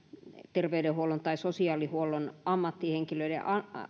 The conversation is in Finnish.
terveydenhuollon tai sosiaalihuollon ammattihenkilöiden